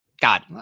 God